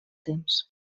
temps